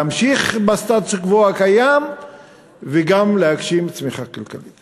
להמשיך בסטטוס-קוו וגם להגשים צמיחה כלכלית.